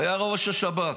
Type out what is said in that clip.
שהיה ראש השב"כ.